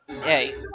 hey